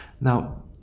Now